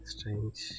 Strange